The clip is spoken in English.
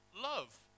love